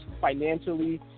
financially